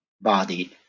body